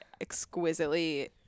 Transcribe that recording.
exquisitely